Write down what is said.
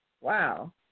Wow